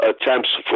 attempts